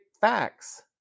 facts